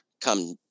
come